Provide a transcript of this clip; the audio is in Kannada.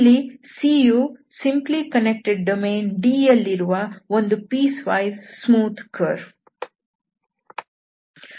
ಇಲ್ಲಿ C you simply connected domain D ಯಲ್ಲಿರುವ ಒಂದು ಪೀಸ್ ವೈಸ್ ಸ್ಮೂತ್ ಕರ್ವ್